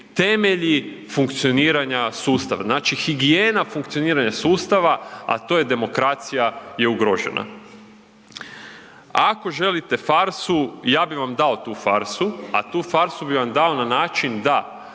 temelji funkcioniranja sustava. Znači higijena funkcioniranja sustava, a to je demokracija je ugrožena. Ako želite farsu ja bi vam dao tu farsu, a tu farsu bi vam dao na način da